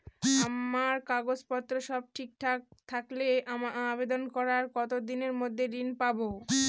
আমার কাগজ পত্র সব ঠিকঠাক থাকলে আবেদন করার কতদিনের মধ্যে ঋণ পাব?